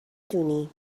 دونی